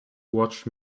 watch